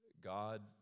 God